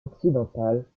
occidentale